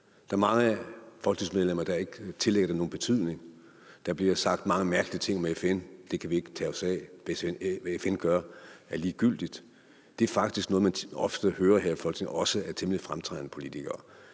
Der er mange folketingsmedlemmer, der ikke tillægger det nogen betydning. Der bliver sagt mange mærkelige ting med FN. Det kan vi ikke tage os af. Hvad FN gør, er ligegyldigt. Det er faktisk noget, man ofte hører her i Folketinget, også af temmelig fremtrædende politikere.